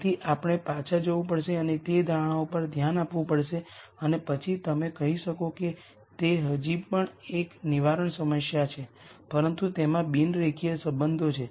તેથી આપણે પાછા જવું પડશે અને તે ધારણાઓ પર ધ્યાન આપવું પડશે અને પછી તમે કહી શકો કે તે હજી પણ એક નિવારણ સમસ્યા છે પરંતુ તેમાં બિન રેખીય સંબંધો છે